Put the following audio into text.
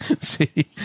See